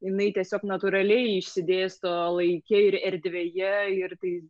jinai tiesiog natūraliai išsidėsto laike ir erdvėje ir tai